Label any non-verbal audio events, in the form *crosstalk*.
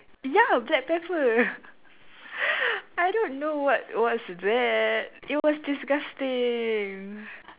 ya black pepper *laughs* I don't know what was that it was disgusting